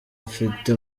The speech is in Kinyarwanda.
hafite